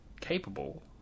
capable